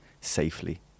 safely